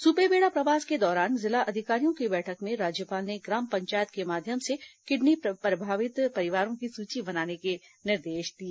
सुपेबेड़ा प्रवास के दौरान जिला अधिकारियों की बैठक में राज्यपाल ने ग्राम पंचायत के माध्यम से किडनी प्रभावित परिवारों की सूची बनाने के निर्देश दिए